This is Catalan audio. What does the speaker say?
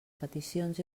peticions